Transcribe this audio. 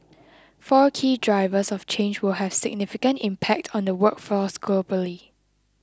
four key drivers of change will have significant impact on the workforce globally